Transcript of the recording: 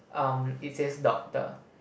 um it says doctor